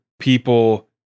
people